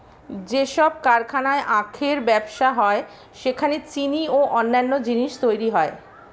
যেসব কারখানায় আখের ব্যবসা হয় সেখানে চিনি ও অন্যান্য জিনিস তৈরি হয়